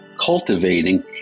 Cultivating